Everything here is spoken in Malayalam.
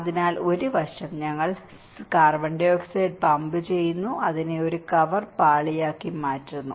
അതിനാൽ ഒരു വശം ഞങ്ങൾ CO2 പമ്പ് ചെയ്യുന്നു അതിനെ ഒരു കവർ പാളിയാക്കി മാറ്റുന്നു